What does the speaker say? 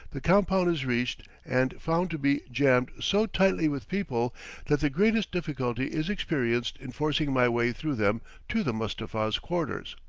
the compound is reached and found to be jammed so tightly with people that the greatest difficulty is experienced in forcing my way through them to the mustapha's quarters.